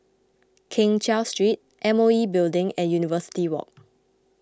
Keng Cheow Street M O E Building and University Walk